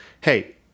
hey